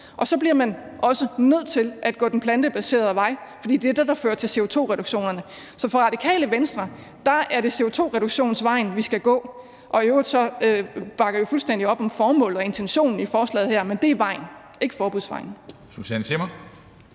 og så bliver man også nødt til at gå den plantebaserede vej, for det er det, der fører til CO2-reduktionerne. Så for Radikale Venstre er det CO2-reduktionsvejen, vi skal gå. I øvrigt bakker vi fuldstændig op om formålet og intentionen i forslaget her, men dét er vejen – ikke forbudsvejen.